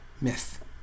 myth